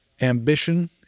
ambition